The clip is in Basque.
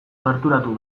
gerturatu